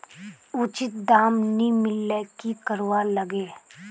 उचित दाम नि मिलले की करवार लगे?